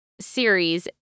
series